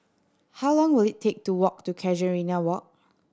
how long will it take to walk to Casuarina Walk